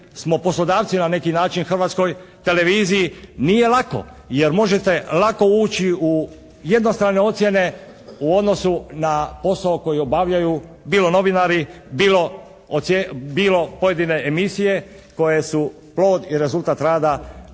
smo poslodavci na neki način Hrvatskoj televiziji nije lako jer možete lako ući u jednostavne ocjene u odnosu na posao koji obavljaju bilo novinari, bilo pojedine emisije koje su plod i rezultat rada